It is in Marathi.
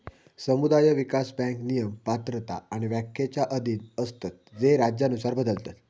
समुदाय विकास बँक नियम, पात्रता आणि व्याख्येच्या अधीन असतत जे राज्यानुसार बदलतत